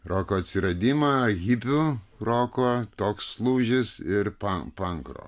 roko atsiradimą hipių roko toks lūžis ir pan pankrok